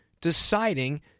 deciding